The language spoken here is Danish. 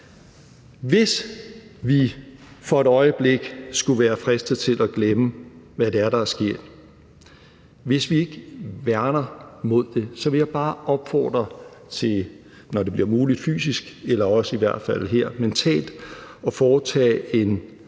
Hvis vi for et øjeblik skulle være fristet til at glemme, hvad det er, der er sket, hvis vi ikke værner mod det en gentagelse, vil jeg bare opfordre til, når det bliver muligt fysisk eller også i hvert fald her mentalt, at foretage en